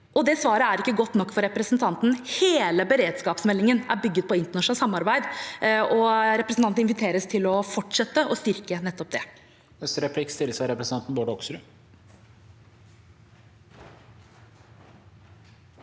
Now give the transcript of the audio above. og det svaret er ikke godt nok for representanten. Hele beredskapsmeldingen er bygget på internasjonalt samarbeid, og representanten inviteres til å fortsette å styrke nettopp det.